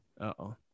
uh-oh